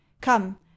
come